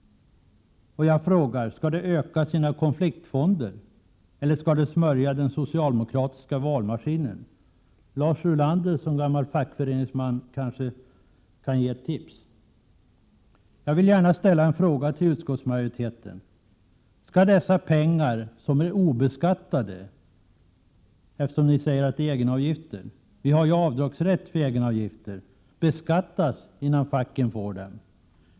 Skall de öka sina konfliktfonder, eller skall de smörja den socialdemokratiska valmaskinen? Lars Ulander som gammal fackföreningsman kanske kan ge ett tips. Jag vill gärna fråga utskottsmajoriteten: Skall dessa pengar, som är obeskattade — eftersom ni säger att det är egenavgifter och man har avdragsrätt för egenavgifter — beskattas innan facken får dem?